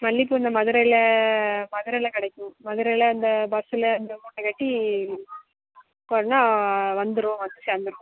மல்லிப்பூ இந்த மதுரையில மதுரையில கிடைக்கும் மதுரையில அந்த பஸ்ஸில் இந்த மூட்டை கட்டி பண்ணால் வந்துரும் வந்து சேர்ந்துரும்